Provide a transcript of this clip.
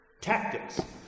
Tactics